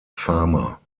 farmer